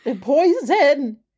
Poison